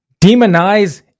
demonize